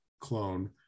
clone